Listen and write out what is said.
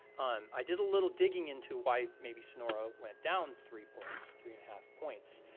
um i did a little digging into why maybe sonora went down three points, three and a half points,